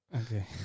Okay